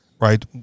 right